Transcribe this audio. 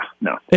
no